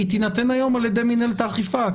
והיא תינתן היום על ידי מינהלת האכיפה.